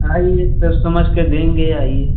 आइए सोच समझ कर देंगे आइए